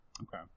Okay